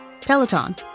Peloton